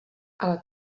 ale